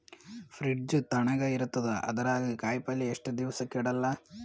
Fridge ತಣಗ ಇರತದ, ಅದರಾಗ ಕಾಯಿಪಲ್ಯ ಎಷ್ಟ ದಿವ್ಸ ಕೆಡಲ್ಲ?